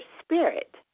spirit